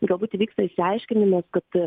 galbūt vyksta išsiaiškinimas kad